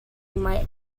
might